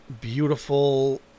beautiful